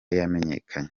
yamenyekanye